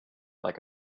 like